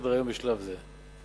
מסדר-היום בשלב זה,